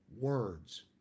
words